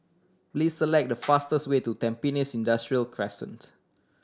please select the fastest way to Tampines Industrial Crescent